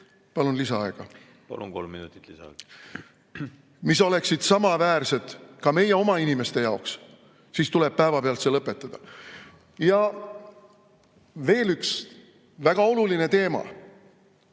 minutit lisaaega! Palun, kolm minutit lisaaega! ... mis oleksid samaväärsed ka meie oma inimeste jaoks, siis tuleb see päevapealt lõpetada. Veel üks väga oluline teema.